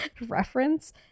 reference